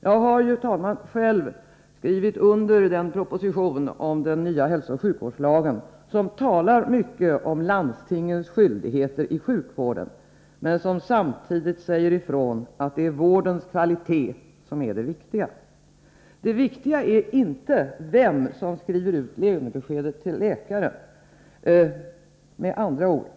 Jag har ju, herr talman, själv skrivit under propositionen om den nya hälsooch sjukvårdslagen som talar mycket om landstingens skyldigheter i sjukvården, men som samtidigt säger ifrån att det är vårdens kvalitet som är det viktiga. Det viktiga är inte vem som skriver ut lönebeskedet till läkaren.